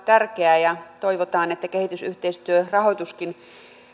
tärkeää ja toivotaan että kehitysyhteistyörahoituskin